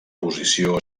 posició